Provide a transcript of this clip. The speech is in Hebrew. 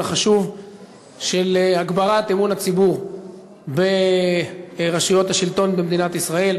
החשוב של הגברת אמון הציבור ברשויות השלטון במדינת ישראל: